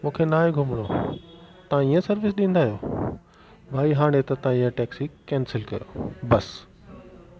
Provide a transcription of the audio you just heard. मूंखे ना आहे घुमणो तव्हां ईअं सर्विस ॾींदा आहियो भई हाणे त तव्हां इहा टैक्सी कैसिंल कयो बसि